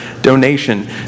donation